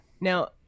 Now